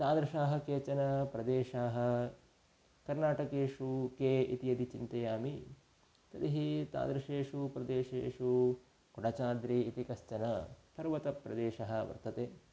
तादृशाः केचन प्रदेशाः कर्नाटकेषु के इति यदि चिन्तयामि तर्हि तादृशेषु प्रदेशेषु कोडचाद्रि इति कश्चन पर्वतप्रदेशः वर्तते